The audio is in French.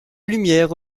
lumière